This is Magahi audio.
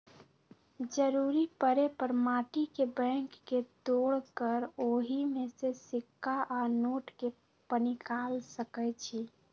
जरूरी परे पर माटी के बैंक के तोड़ कऽ ओहि में से सिक्का आ नोट के पनिकाल सकै छी